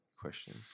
question